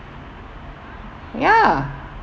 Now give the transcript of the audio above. ya